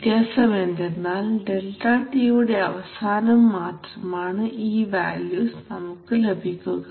വ്യത്യാസം എന്തെന്നാൽ ഡെൽറ്റ ടിയുടെ അവസാനം മാത്രമാണ് ഈ വാല്യൂസ് നമുക്ക് ലഭിക്കുക